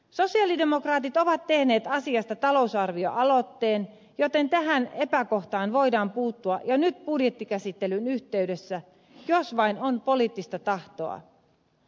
sosialidemokraatit ovat tehneet asiasta talousarvioaloitteen joten tähän epäkohtaan voidaan puuttua jo nyt budjettikäsittelyn yhteydessä jos vain on poliittista tahtoa